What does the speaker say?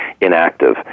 inactive